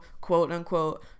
quote-unquote